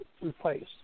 replaced